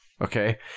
Okay